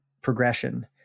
progression